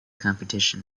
competition